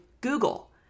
Google